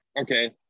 Okay